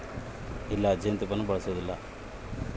ಬಹಳಷ್ಟು ಅಡಿಗೆಗ ಜೇನುತುಪ್ಪನ್ನ ಬಳಸ್ತಾರ